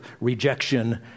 rejection